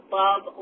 love